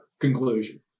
conclusion